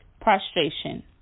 Prostration